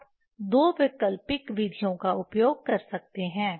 आप दो वैकल्पिक विधियों का उपयोग कर सकते हैं